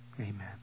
Amen